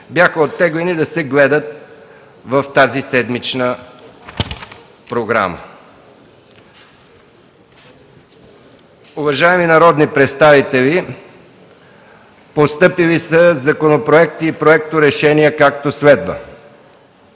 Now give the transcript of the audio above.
Бяха оттеглени от обсъждане в тази седмична програма. Уважаеми народни представители, постъпили са законопроекти и проекторешения, както следва: